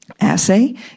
Assay